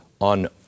on